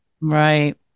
Right